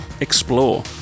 explore